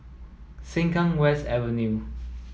Sengkang West Avenue